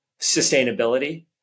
sustainability